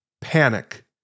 panic